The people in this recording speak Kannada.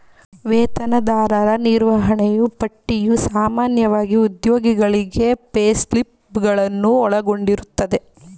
ವೇತನದಾರರ ನಿರ್ವಹಣೆಯೂ ಪಟ್ಟಿಯು ಸಾಮಾನ್ಯವಾಗಿ ಉದ್ಯೋಗಿಗಳಿಗೆ ಪೇಸ್ಲಿಪ್ ಗಳನ್ನು ಒಳಗೊಂಡಿರುತ್ತದೆ